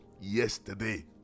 yesterday